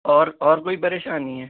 اور اور کوئی پریشانی ہے